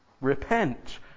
Repent